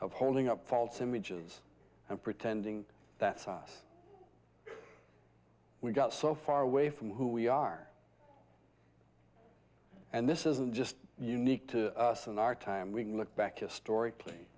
of holding up false images and pretending that size we got so far away from who we are and this isn't just unique to us in our time we can look back historically